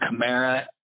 Kamara